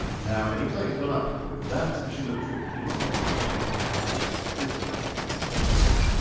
now it looks like it's gone up but that's actually a little trick because what's happened is hostgator has ticked this again. let's untick it.